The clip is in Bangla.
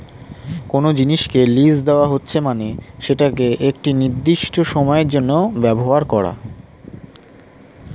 কোনো জিনিসকে লীজ দেওয়া হচ্ছে মানে সেটাকে একটি নির্দিষ্ট সময়ের জন্য ব্যবহার করা